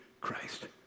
Christ